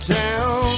town